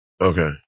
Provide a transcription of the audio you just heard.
Okay